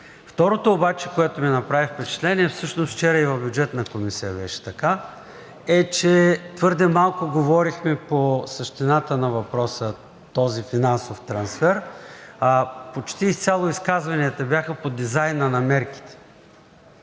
Второто обаче, което ми направи впечатление, а всъщност вчера и в Бюджетната комисия беше така, е, че твърде малко говорихме по същината на въпроса – този финансов трансфер, а почти изцяло изказванията бяха по дизайна на мерките.